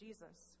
Jesus